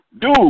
dude